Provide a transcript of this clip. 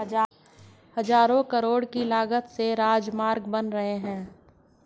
हज़ारों करोड़ की लागत से राजमार्ग बन रहे हैं